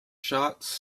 shots